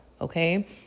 Okay